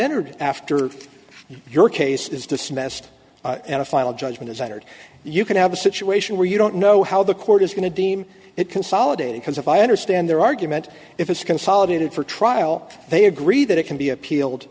entered after your case is dismissed and a final judgment is entered you can have a situation where you don't know how the court is going to deem it consolidated because if i understand their argument if it's consolidated for trial they agree that it can be appealed